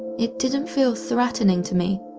it didn't feel threatening to me,